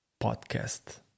podcast